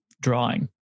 drawing